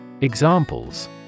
Examples